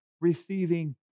receiving